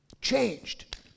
changed